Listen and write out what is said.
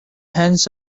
hens